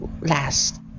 last